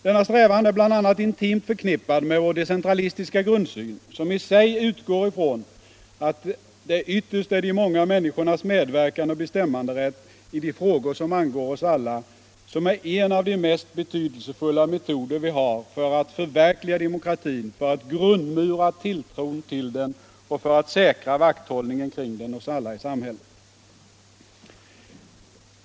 Denna strävan är bl.a. intimt förknippad med vår decentralistiska grundsyn, som i sig utgår ifrån att de många människornas medverkan och medbestämmanderätt i de frågor som angår oss alla är en av de mest betydelsefulla metoderna vi har för att förverkliga demokratin, för att grundmura tilltron till den och för att säkra vakthållningen kring den hos alla i samhället.